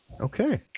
Okay